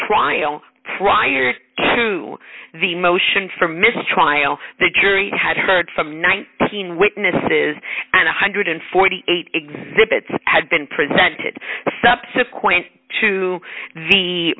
trial prior to the motion for mistrial the jury had heard from nineteen witnesses and a one hundred and forty eight dollars exhibits had been presented subsequent to the